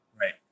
Right